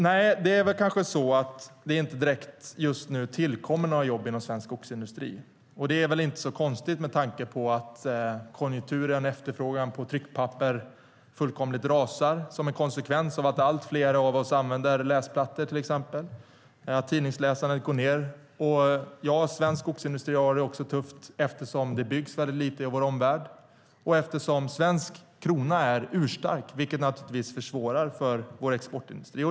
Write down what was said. Nej, det är väl kanske så att det inte direkt tillkommer några jobb inom svensk skogsindustri just nu. Det är väl inte så konstigt med tanke på att konjunkturen och efterfrågan på tryckpapper fullkomligt rasar som en konsekvens av att allt fler av oss använder läsplattor till exempel. Tidningsläsandet går ned. Svensk skogsindustri har det också tufft eftersom det byggs väldigt lite i vår omvärld, och den svenska kronan är urstark, vilket naturligtvis försvårar för vår exportindustri.